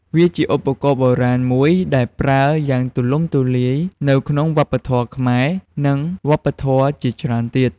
វាជាឧបករណ៍បុរាណមួយដែលប្រើយ៉ាងទូលំទូលាយនៅក្នុងវប្បធម៌ខ្មែរ និងវប្បធម៌ជាច្រើនទៀត។